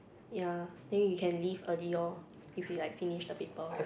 yeah then you can leave early lor if you like finish the paper